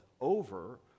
over